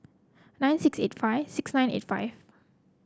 nine six eight five six nine eight five